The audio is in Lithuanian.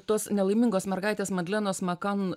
tos nelaimingos mergaitės madlenos makan